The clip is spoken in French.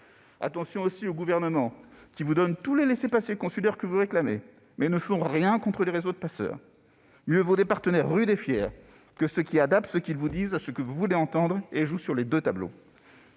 Attention aussi aux gouvernements qui vous donnent tous les laissez-passer consulaires que vous réclamez, mais ne font rien contre les réseaux de passeurs. Mieux vaut des partenaires rudes et fiers plutôt que ceux qui adaptent ce qu'ils vous disent à ce que vous voulez entendre et jouent sur les deux tableaux.